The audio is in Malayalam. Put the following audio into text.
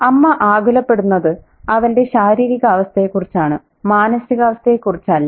അമ്മ ആകുലപ്പെടുന്നത് അവന്റെ ശാരീരികാവസ്ഥയെക്കുറിച്ചാണ് മാനസികാവസ്ഥയെക്കുറിച്ചല്ല